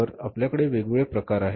तर आपल्याकडे वेगवेगळे प्रकार आहेत